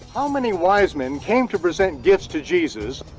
how many wise men came to present gifts to jesus,